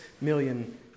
million